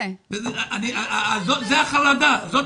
זאת החרדה.